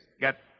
Get